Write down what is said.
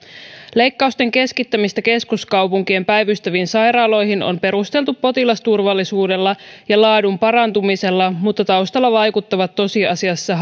leikkausten keskittämistä keskuskaupunkien päivystäviin sairaaloihin on perusteltu potilasturvallisuudella ja laadun parantumisella mutta taustalla vaikuttavat tosiasiassa